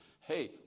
Hey